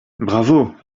bravo